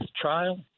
trial